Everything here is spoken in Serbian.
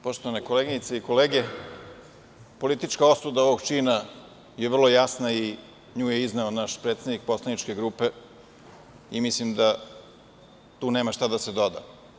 Poštovane koleginice i kolege, politička osuda ovog čina je vrlo jasna i nju je izneo naš predsednik poslaničke grupe i mislim da tu nema šta da se doda.